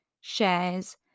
shares